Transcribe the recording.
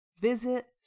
Visit